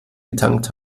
getankt